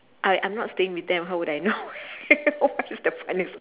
I I'm not staying with them how would I know what is the funniest